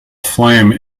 flame